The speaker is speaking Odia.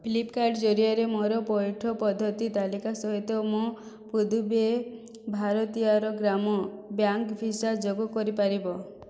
ଫ୍ଲିପ୍କାର୍ଟ୍ ଜରିଆରେ ମୋର ପଇଠ ପଦ୍ଧତି ତାଲିକା ସହିତ ମୋ ପୁଦୁବୈ ଭାରତିୟାର ଗ୍ରାମ ବ୍ୟାଙ୍କ ଭିସା ଯୋଗ କରିପାରିବ